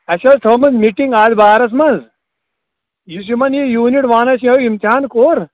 اسہِ اوس تھوٚومُت میٖٹِنٛگ اتھ بارس منٛز یُس یِمن یہِ یوٗنِٹ ونس یِہےَ امتحان کوٚر